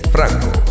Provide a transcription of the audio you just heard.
Franco